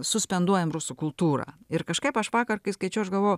suspenduojam rusų kultūrą ir kažkaip aš vakar kai skaičiau aš galvojau